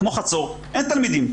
כמו חצור אין תלמידים.